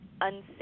unsafe